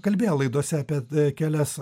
kalbėję laidose apie kelias